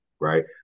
right